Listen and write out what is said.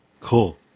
Cool